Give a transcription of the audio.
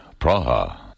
Praha